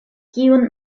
kiun